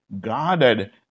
guarded